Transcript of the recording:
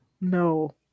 No